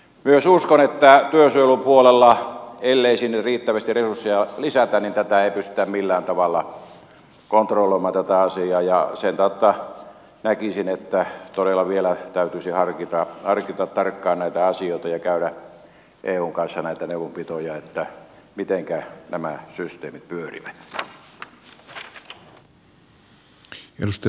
myös uskon että työsuojelupuolella ellei sinne riittävästi resursseja lisätä tätä asiaa ei pystytä millään tavalla kontrolloimaan ja sen tautta näkisin että todella vielä täytyisi harkita tarkkaan näitä asioita ja käydä eun kanssa näitä neuvonpitoja mitenkä nämä systeemit pyörivät